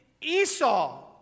Esau